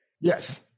Yes